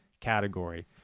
category